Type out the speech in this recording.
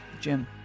jim